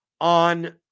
on